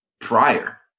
prior